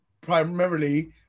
primarily